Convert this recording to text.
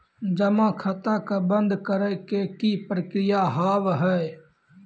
जमा खाता के बंद करे के की प्रक्रिया हाव हाय?